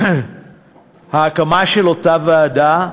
ההקמה של אותה ועדה,